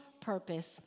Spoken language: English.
purpose